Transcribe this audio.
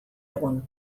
egun